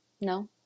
No